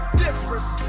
difference